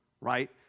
right